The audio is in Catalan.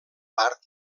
part